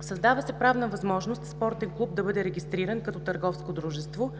Създава се правна възможност спортен клуб да бъде регистриран като търговско дружество,